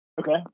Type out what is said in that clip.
Okay